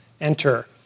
enter